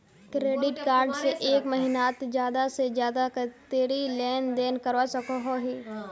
Credit card से एक महीनात ज्यादा से ज्यादा कतेरी लेन देन करवा सकोहो ही?